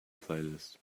playlist